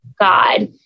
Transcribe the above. god